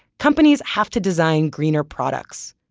companies have to design greener products.